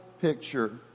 picture